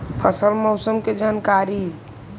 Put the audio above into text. फसल मौसम के जानकारी?